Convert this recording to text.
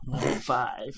Five